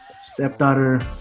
stepdaughter